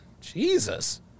Jesus